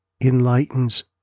enlightens